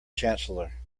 chancellor